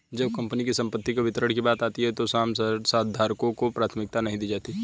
जब कंपनी की संपत्ति के वितरण की बात आती है तो आम शेयरधारकों को प्राथमिकता नहीं दी जाती है